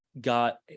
got